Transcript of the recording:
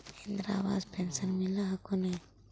इन्द्रा आवास पेन्शन मिल हको ने?